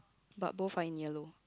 but both are in yellow